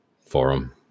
forum